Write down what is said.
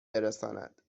برساند